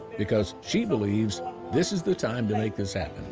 because she believes this is the time to make this happen,